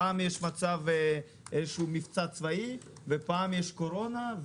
פעם יש מבצע צבאי ופעם יש קורונה,